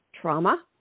trauma